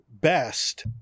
best